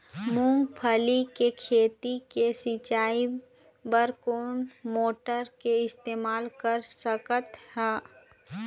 मूंगफली के खेती के सिचाई बर कोन मोटर के इस्तेमाल कर सकत ह?